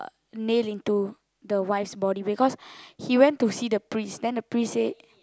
nail to the wife's body because he went to see the priest then the priest say